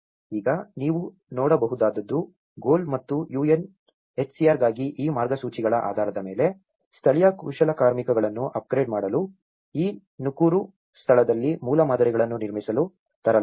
ಈಗ ನೀವು ನೋಡಬಹುದಾದದ್ದು GOAL ಮತ್ತು UNHCR ಗಾಗಿ ಈ ಮಾರ್ಗಸೂಚಿಗಳ ಆಧಾರದ ಮೇಲೆ ಸ್ಥಳೀಯ ಕುಶಲಕರ್ಮಿಗಳನ್ನು ಅಪ್ಗ್ರೇಡ್ ಮಾಡಲು ಈ ನಕುರು ಸ್ಥಳದಲ್ಲಿ ಮೂಲಮಾದರಿಗಳನ್ನು ನಿರ್ಮಿಸಲು ತರಲಾಗಿದೆ